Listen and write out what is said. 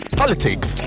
politics